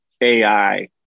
AI